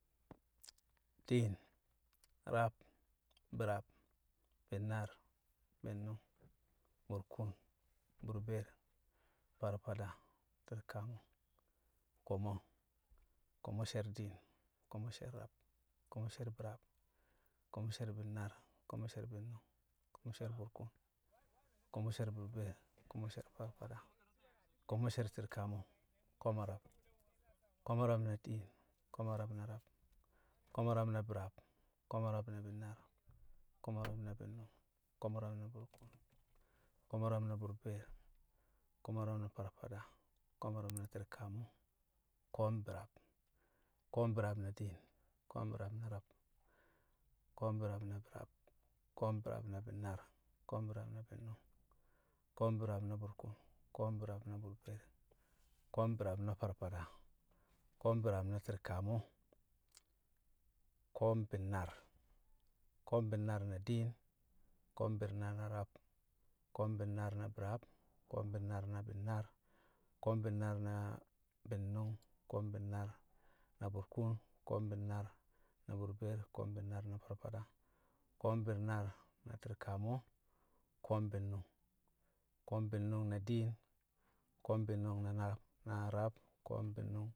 Diin, rab, bi̱raab bi̱nnaar, bi̱nnu̱ng, burkuun, burbeer, farfada, ti̱rkamo̱, ko̱mo̱, ko̱mo̱ sher diin, ko̱mo̱ sher rab, ko̱mo̱ sher bi̱raab, ko̱mo̱ sher bi̱naar ko̱mo̱ sher bi̱nnu̱ng ko̱mo̱ sher burkuun ko̱mo̱ sher burbeer ko̱mo̱ sher farfada ko̱mo̱ sher ti̱rkamo̱ ko̱mo̱ rab ko̱mo̱ rab na diin ko̱mo̱ rab na rab ko̱mo̱ rab na bi̱raab ko̱mo̱ rab na bi̱nnaar ko̱mo̱ rab na bi̱nnṵng ko̱mo̱ rab na burkuun ko̱mo̱ rab na burbeer ko̱mo̱ rab na farfada ko̱mo̱ rab na ti̱rkamo̱ ko̱o̱m bi̱raab ko̱o̱m bi̱raab na diin ko̱o̱m bi̱raab na rab ko̱o̱m bi̱raab na bi̱raab ko̱o̱m bi̱raab na bi̱nnaar ko̱o̱m bi̱raab na bi̱nnṵng ko̱o̱m bi̱raab na burkuun ko̱o̱m bi̱raab na burbeer ko̱o̱m bi̱raab na farfada ko̱o̱m bi̱raab na ti̱rkamo̱ ko̱o̱m bi̱nnaar ko̱o̱m bi̱nnaar na diin ko̱o̱m bi̱nnaar na rab ko̱o̱m bi̱nnaar na bi̱raab ko̱o̱m bi̱nnaar na bi̱nnaar ko̱o̱m bi̱nnaar na bi̱nnṵng ko̱o̱m bi̱nnaar na burkuun ko̱o̱m bi̱nnaar na burbeer ko̱o̱m bi̱nnaar na farfada ko̱o̱m bi̱nnaar na ti̱rkamo̱ ko̱o̱m bi̱nnṵng ko̱o̱m bi̱nnṵng na diin ko̱o̱m bi̱nnṵng na ngab, na rab Ko̱o̱m bi̱nnu̱.